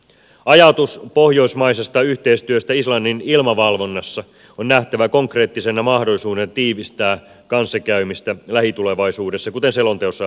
ajatus pohjoismaisesta yhteistyöstä islannin ilmavalvonnassa on nähtävä konkreettisena mahdollisuutena tiivistää kanssakäymistä lähitulevaisuudessa kuten selonteossa todetaan